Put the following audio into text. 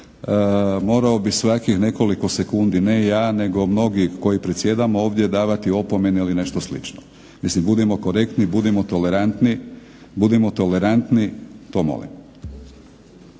morao bih svakih nekoliko sekundi ne ja nego mnogi koji predsjedamo ovdje davati opomene ili nešto slično. Mislim budimo korektni, budimo tolerantni, budimo tolerantni to molim.